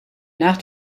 nach